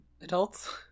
adults